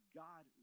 god